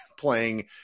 playing